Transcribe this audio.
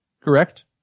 Correct